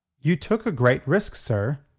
you took a great risk, sir,